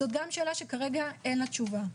זאת גם שאלה שכרגע אין לה תשובה.